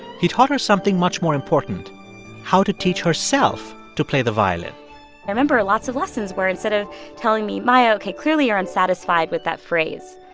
he taught her something much more important how to teach herself to play the violin i remember at lots of lessons where instead of telling me, maya, ok, clearly, you're unsatisfied with that phrase,